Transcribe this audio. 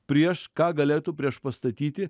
prieš ką galėtų priešpastatyti